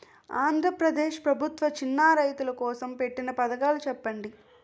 ఆంధ్రప్రదేశ్ ప్రభుత్వ చిన్నా రైతుల కోసం పెట్టిన పథకాలు వివరించండి?